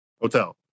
Hotel